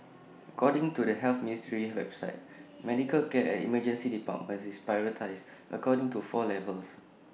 according to the health ministry's website medical care at emergency departments is prioritised according to four levels